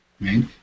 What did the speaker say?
right